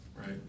right